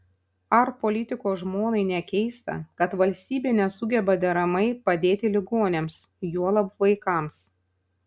ar politiko žmonai nekeista kad valstybė nesugeba deramai padėti ligoniams juolab vaikams